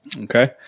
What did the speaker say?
Okay